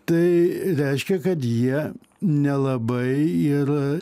tai reiškia kad jie nelabai ir